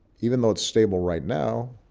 even though it's stable right now,